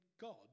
God